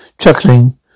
Chuckling